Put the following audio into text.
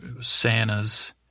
Santa's